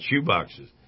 shoeboxes